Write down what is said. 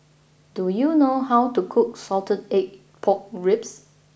do you know how to cook Salted Egg Pork Ribs